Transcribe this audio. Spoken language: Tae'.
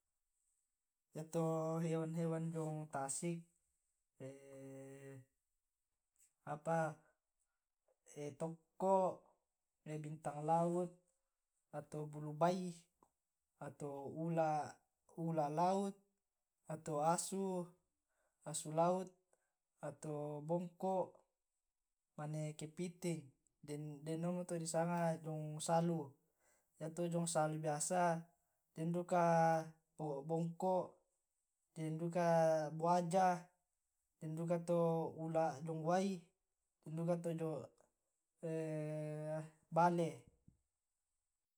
yato hewan hewan jiong tasik tokko' bintang laut ato bulu bai, ato ula'-ula' laut ato asu, asu laut ato bongko' mane kepiting den omo to disanga jiong salu, yato jiong salu biasa den duka bongko den duka buaja den duka to ula' jiong wai den duka to bale.